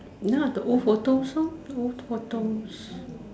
ya the old photos lor old photos